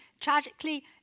tragically